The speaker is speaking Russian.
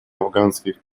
афганских